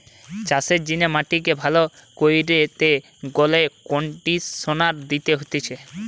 চাষের জিনে মাটিকে ভালো কইরতে গেলে কন্ডিশনার দিতে হতিছে